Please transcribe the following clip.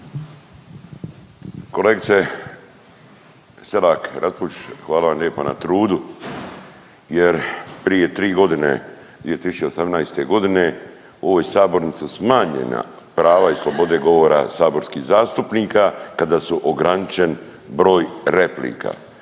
Kolegice Selak Raspudić, hvala vam lijepo na trudu jer prije 3 godine, 2018. g. u ovoj sabornici smanjena prava i slobode govora saborskih zastupnika kada su ograničeni broj replika